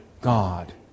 God